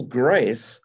grace